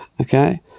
okay